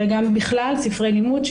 וגם בכלל ספרי לימוד,